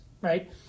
right